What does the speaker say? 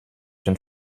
den